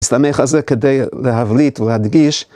מסתמך על זה כדי להבליט ולהדגיש.